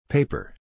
Paper